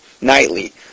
nightly